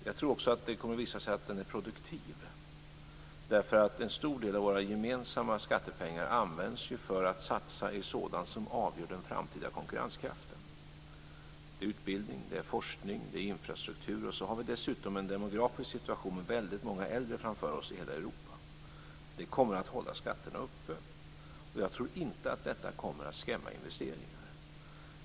Jag tror också att det kommer att visa sig att den är produktiv. En stor del av våra gemensamma skattepengar används ju för att satsa i sådant som avgör den framtida konkurrenskraften. Det gäller utbildning, forskning och infrastruktur. Vi har dessutom framför oss en demografisk situation med väldigt många äldre i hela Detta kommer att hålla skatterna uppe, men jag tror inte att detta kommer att skrämma bort investeringar.